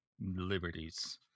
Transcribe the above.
Liberties